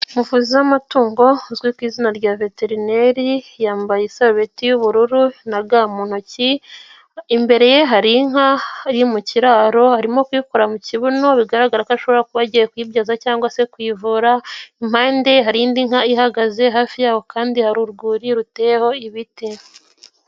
Umuvuzi w'amatungo uzwi ku izina rya veterineri, yambaye isarubeti y'ubururu na ga mu ntoki, imbere ye hari inka iri mu kiraro, arimo kuyikora mu kibuno bigaragara ko ashobora kuba agiye kuyibyaza cyangwa se kuyivura, impande ye hari nka ihagaze hafi yaho kandi hari urwuri ruteyeho ibiti.